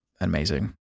amazing